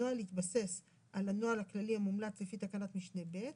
הנוהל יתבסס על הנוהל הכללי המומלץ לפי תקנת משנה (ב).